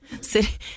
City